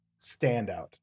standout